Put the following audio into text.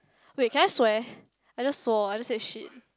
wait can I swear I just swore I just said shit